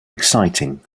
exciting